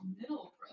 middle